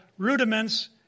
rudiments